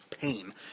pain